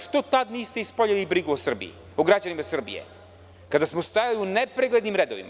Što tada niste ispoljili brigu o građanima Srbije, kada smo stajali u nepreglednim redovima?